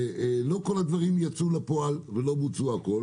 לא כל הדברים יצאו אל הפועל, לא הכול בוצע.